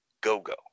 go-go